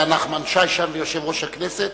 והיו שם נחמן שי ויושב-ראש הכנסת,